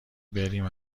بریم